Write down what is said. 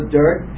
dirt